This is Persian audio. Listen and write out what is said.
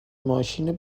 ماشین